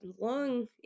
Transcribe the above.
long